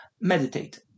meditate